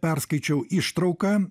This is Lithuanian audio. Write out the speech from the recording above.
perskaičiau ištrauką